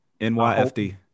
NYFD